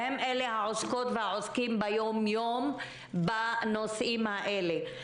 והם אלה העוסקות והעוסקים ביום-יום בנושאים האלה.